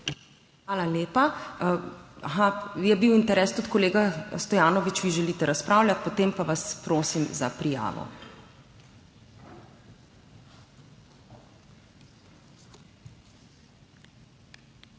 Hvala lepa. Aha, je bil interes. Kolega Stojanovič, tudi vi želite razpravljati? Potem pa vas prosim za prijavo.